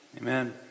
Amen